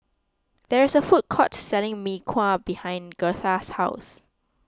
there is a food court selling Mee Kuah behind Girtha's house